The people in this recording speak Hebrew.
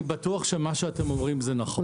אני בטוח שמה שאתם אומרים זה נכון.